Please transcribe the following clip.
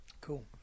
Cool